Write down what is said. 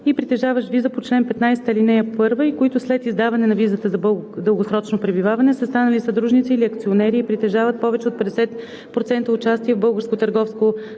и притежават виза по чл.15, ал. 1 и които след издаване на визата за дългосрочно пребиваване са станали съдружници или акционери и притежават повече от 50% участие в българско търговско